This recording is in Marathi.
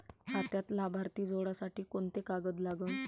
खात्यात लाभार्थी जोडासाठी कोंते कागद लागन?